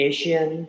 Asian